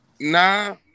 Nah